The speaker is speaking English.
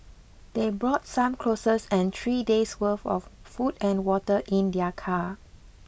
they brought some clothes and three days' worth of food and water in their car